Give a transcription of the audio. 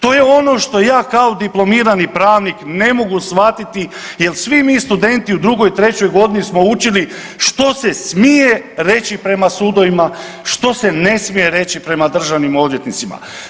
To je ono što ja kao diplomirani pravnik ne mogu shvatiti jel svi mi studenti u drugoj, trećoj godini smo učili što se smije reći prema sudovima, što se ne smije reći prema državnim odvjetnicima.